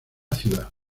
ciudad